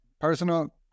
personal